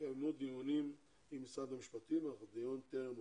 התקיימו דיונים עם משרד המשפטים אך הדיון טרם מוצה.